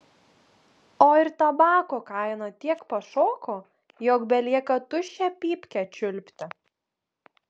o ir tabako kaina tiek pašoko jog belieka tuščią pypkę čiulpti